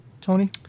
Tony